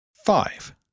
five